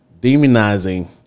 demonizing